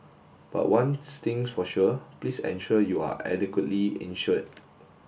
but one thing's for sure please ensure you are adequately insured